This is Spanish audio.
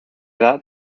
edad